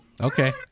Okay